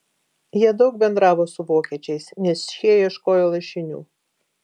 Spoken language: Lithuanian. jie daug bendravo su vokiečiais nes šie ieškojo lašinių